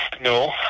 no